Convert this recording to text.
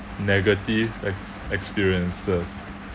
negative ex~ experiences